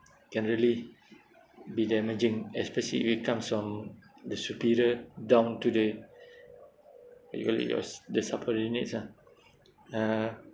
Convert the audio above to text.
can really be damaging especially if it comes from the superior down to the your your the subordinates ah uh